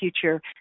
future